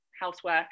housework